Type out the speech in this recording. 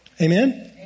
Amen